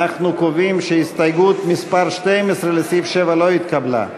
אנחנו קובעים שהסתייגות מס' 12 לסעיף 7 לא התקבלה.